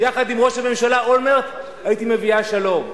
יחד עם ראש הממשלה אולמרט, הייתי מביאה שלום.